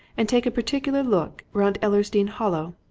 and take a particular look round ellersdeane hollow.